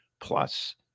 plus